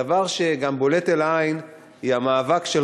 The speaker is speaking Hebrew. הדבר שגם בולט לעין הוא המאבק שלך,